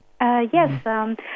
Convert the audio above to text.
Yes